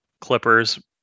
clippers